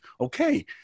Okay